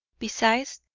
besides,